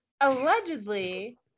Allegedly